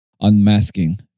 unmasking